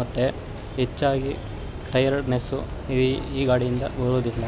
ಮತ್ತು ಹೆಚ್ಚಾಗಿ ಟಯರ್ಡ್ನೆಸ್ಸು ಈ ಈ ಗಾಡಿಯಿಂದ ಬರೋದಿಲ್ಲ